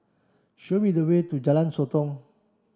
show me the way to Jalan Sotong